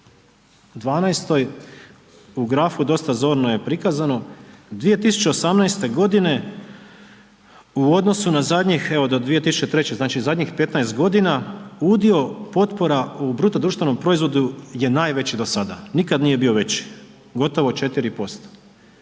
12. u grafu dosta zorno je prikazano 2018. godine u odnosu na zadnjih evo do 2003., znači zadnjih 15 godina udio potpora u BDP-u je najveći do sada, nikada nije bio veći, gotovo 4%.